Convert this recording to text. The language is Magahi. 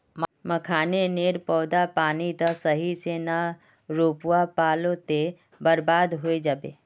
मखाने नेर पौधा पानी त सही से ना रोपवा पलो ते बर्बाद होय जाबे